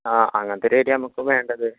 ആ അങ്ങനത്തെ ഒരു ഏരിയ ആണ് നമുക്ക് വേണ്ടത്